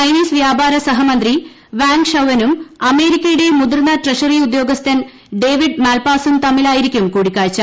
Chinese വ്യാപാര സഹമന്ത്രി Wang ഷൌവെനും അമേരിക്കയുടെ മുതിർന്ന ട്രഷറി ഉദ്യോഗസ്ഥൻ ഡേവിഡ് മാൽപാസും തമ്മിലായിരിക്കും കൂടിക്കാഴ്ച